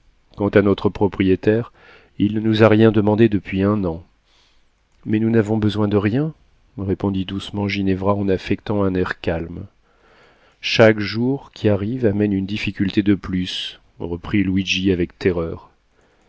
quant à notre propriétaire il ne nous a rien demandé depuis un an mais nous n'avons besoin de rien répondit doucement ginevra en affectant un air calme chaque jour qui arrive amène une difficulté de plus reprit luigi avec terreur